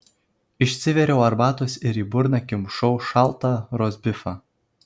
išsiviriau arbatos ir į burną kimšau šaltą rostbifą